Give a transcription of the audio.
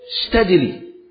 steadily